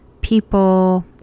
people